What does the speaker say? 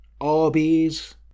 Arby's